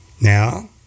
Now